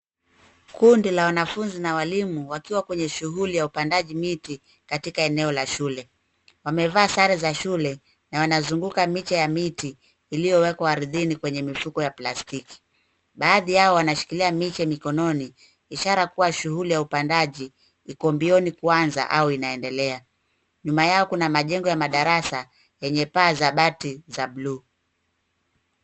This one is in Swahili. Kundi la wanafunzi na walimu, wakiwa kwenye shughuli ya upandaji miti, katika eneo la shule. Wamevaa sare za shule, na wanazunguka miche ya miti iliyowekwa ardhini kwenye mifuko ya plastiki. Baadhi yao wanashikilia miche mikononi, ishara kua shughuli ya upandaji iko mbioni kuanza au inaoendelea. Nyuma yao kuna majengo ya madarasa, yenye paa za bati za blue .